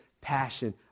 passion